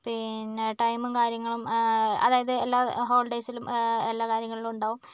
പിന്നെ ടൈമും കാര്യങ്ങളും അതായത് എല്ലാ ഹോളിഡേയ്സിലും എല്ലാ കാര്യങ്ങളിലും ഉണ്ടാകും